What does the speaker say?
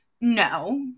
No